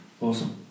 awesome